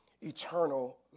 eternal